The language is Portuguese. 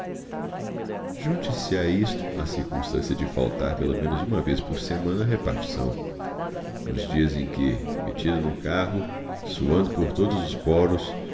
simples cópia junte se a isto a circunstância de faltar pelo menos uma vez por semana à repartição nos dias em que metido no carro suando por todos os poros